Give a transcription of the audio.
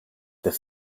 their